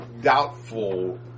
doubtful